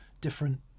different